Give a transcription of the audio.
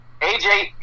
AJ